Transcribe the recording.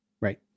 right